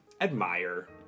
admire